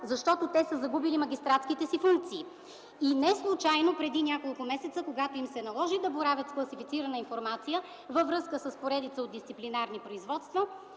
защото те са загубили магистратските си функции. И не случайно, когато преди няколко месеца им се наложи да боравят с класифицирана информация във връзка с поредица от дисциплинарни производства,